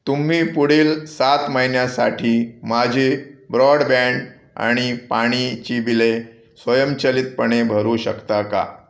तुम्ही पुढील सात महिन्यासाठी माझे ब्रॉडबँड आणि पाण्याची बिले स्वयंचलितपणे भरू शकता का